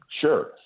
Sure